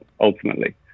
ultimately